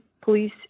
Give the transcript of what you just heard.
police